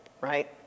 right